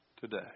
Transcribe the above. today